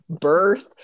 birth